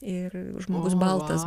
ir žmogus baltas